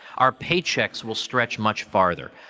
our paychecks will stretch much further.